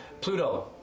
Pluto